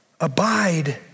Abide